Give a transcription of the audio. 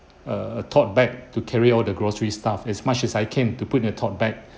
err a tote bag to carry all the grocery stuff as much as I can to put in the tote bag